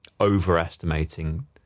overestimating